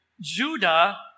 Judah